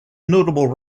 notable